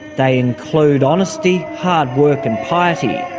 they include honesty, hard work and piety.